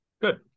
good